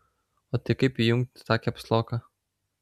o tai kaip įjungti tą kepsloką